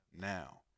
now